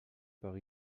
par